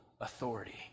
authority